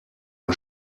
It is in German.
ein